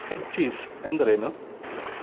head cheese ಎಂದರೇನು